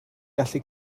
gallu